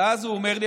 ואז הוא אומר לי,